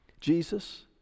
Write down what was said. Jesus